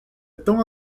tão